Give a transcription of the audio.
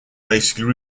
basically